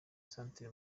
centre